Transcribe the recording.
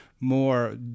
more